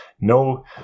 no